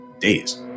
days